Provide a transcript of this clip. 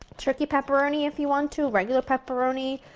turkey pepperoni if you want to, regular pepperoni,